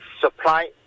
supply